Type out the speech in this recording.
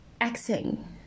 acting